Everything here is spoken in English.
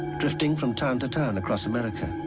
drifting from town to town across america.